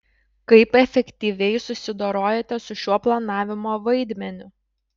kaip efektyviai susidorojote su šiuo planavimo vaidmeniu